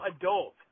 adult